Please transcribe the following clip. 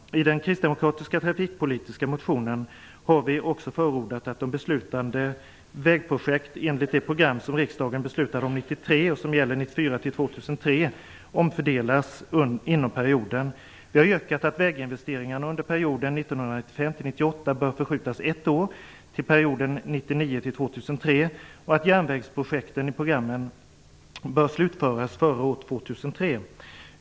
I den kristdemokratiska trafikpolitiska motionen har vi också förordat att de beslutade vägprojekt enligt det program som riksdagen beslutade om 1993, och som gäller 1994-2003, omfördelas inom perioden. Vi har yrkat att väginvesteringarna under perioden 1995-1998 bör förskjutas ett år till perioden 1999-2003 och att järnvägsprojekten i programmet bör slutföras före år 2003.